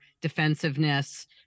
defensiveness